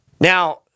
Now